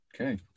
Okay